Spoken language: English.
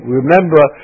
remember